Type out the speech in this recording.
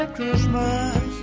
Christmas